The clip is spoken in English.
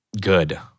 good